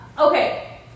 Okay